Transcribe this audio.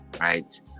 right